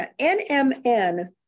NMN